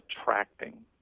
attracting